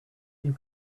you